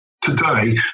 today